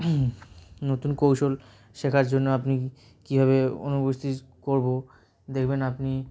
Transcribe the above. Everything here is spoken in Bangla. নতুন কৌশল শেখার জন্য আপনি কীভাবে উপস্থিত করবো দেখবেন আপনি